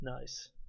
Nice